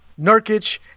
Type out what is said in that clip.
Nurkic